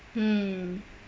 mm